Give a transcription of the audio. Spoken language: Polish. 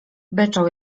beczał